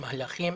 מהלכים.